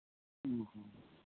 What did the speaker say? ᱚᱻ ᱦᱚᱸ